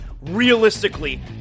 realistically